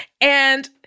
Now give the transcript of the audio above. and-